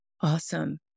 Awesome